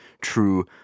true